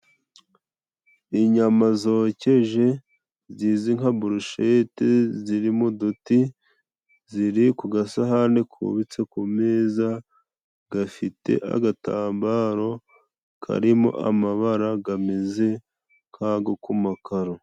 Inyama zokeje zizwi nka burushete zirimo uduti, ziri ku gasahani kubitse, kumeza neza. Gafite agatambaro karimo amabara gameze nk'ago kumakaro.